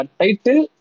title